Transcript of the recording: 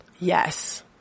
Yes